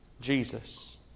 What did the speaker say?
Jesus